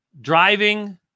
driving